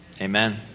amen